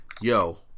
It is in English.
yo